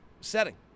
setting